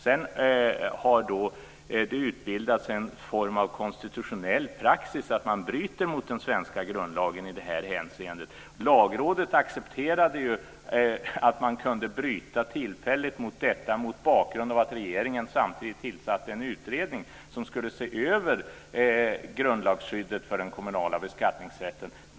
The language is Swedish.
Sedan har det utbildats en form av konstitutionell praxis att man bryter mot den svenska grundlagen i det här hänseendet. Lagrådet accepterade ju att man kunde bryta tillfälligt mot detta mot bakgrund av att regeringen samtidigt tillsatte en utredning som skulle se över grundlagsskyddet för den kommunala beskattningsrätten.